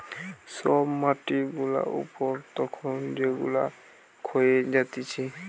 সব মাটি গুলা উপর তখন যেগুলা ক্ষয়ে যাতিছে